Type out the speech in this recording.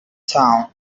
town